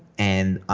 and